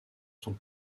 sont